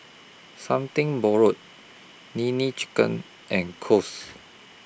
Something Borrowed Nene Chicken and Kose